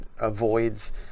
avoids